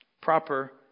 proper